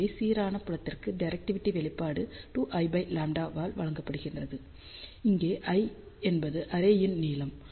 எனவே சீரான புலத்திற்கான டிரெக்டிவிடி வெளிப்பாடு 2lλ ஆல் வழங்கப்படுகிறது இங்கு l என்பது அரேயின் நீளம்